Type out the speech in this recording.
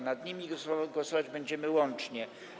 Nad nimi głosować będziemy łącznie.